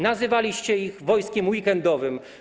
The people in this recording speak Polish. Nazywaliście ich wojskiem weekendowym.